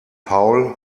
paul